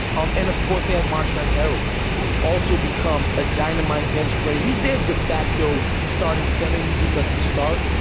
um and of course, they have monterey's harrell, who's also become a dynamite bench player. he's dead. de facto starting center. he just doesn't start.